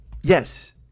Yes